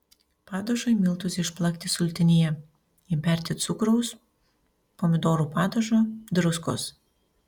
padažui miltus išplakti sultinyje įberti cukraus pomidorų padažo druskos